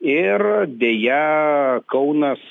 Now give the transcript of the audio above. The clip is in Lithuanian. ir deja kaunas